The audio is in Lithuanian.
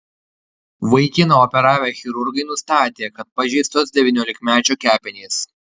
vaikiną operavę chirurgai nustatė kad pažeistos devyniolikmečio kepenys